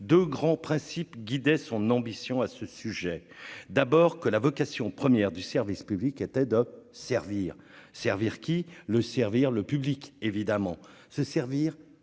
de grands principes guidaient son ambition à ce sujet d'abord que la vocation première du service public était dope servir, servir qui le servir le public évidemment se servir,